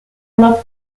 not